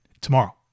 tomorrow